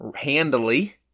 handily